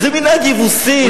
איזה מנהג יבוסי?